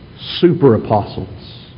super-apostles